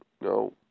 no